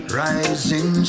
rising